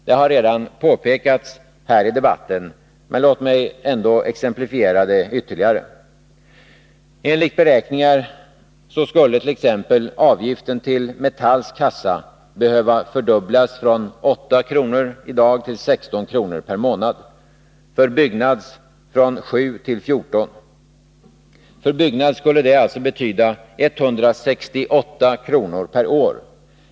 Det har redan påpekats här i debatten, men låt mig ändå exemplifiera det ytterligare. Enligt beräkningar skulle t.ex. avgiften till Metalls kassa behöva fördubblas från 8 till 16 kr. per månad, för Byggnads från 7 till 14 kr. För Byggnads skulle det alltså betyda 168 kr. per år.